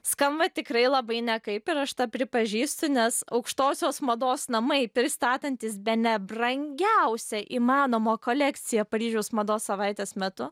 skamba tikrai labai nekaip ir aš tą pripažįstu nes aukštosios mados namai pristatantys bene brangiausią įmanomą kolekciją paryžiaus mados savaitės metu